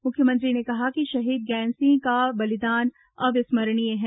मुख्यमंत्री ने कहा कि शहीद गैंदसिंह का बलिदान अविस्मरणीय है